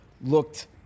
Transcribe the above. looked